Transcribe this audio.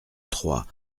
trois